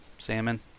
Salmon